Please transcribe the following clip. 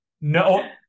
No